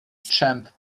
champ